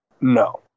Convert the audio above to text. no